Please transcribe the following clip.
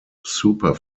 super